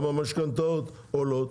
המשכנתאות עולות,